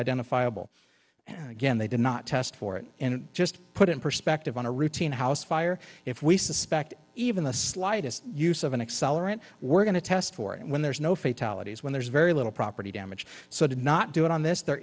identifiable and again they did not test for it and just put in perspective on a routine house fire if we suspect even the slightest use of an accelerant we're going to test for it when there's no fatalities when there's very little property damage so did not do it on this there